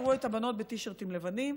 יראו את הבנות בטי-שירטים לבנות,